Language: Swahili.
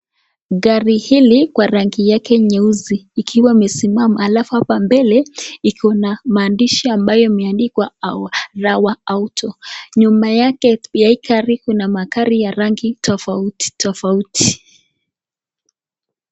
Gari hili kwa rangi yake nyeusi ikiwa imesimama alafu hapa mbele kuna maandishi ambayo imeandikwa rawa auto, nyuma yake ya hii gari kuna magari ya rangi tofauti tofauti.